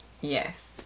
Yes